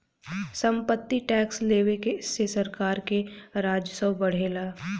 सम्पत्ति टैक्स लेवे से सरकार के राजस्व बढ़ेला